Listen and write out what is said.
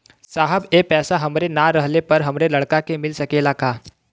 साहब ए पैसा हमरे ना रहले पर हमरे लड़का के मिल सकेला का?